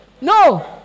No